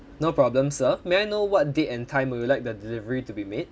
no problem sir may I know what date and time would you like the delivery to be made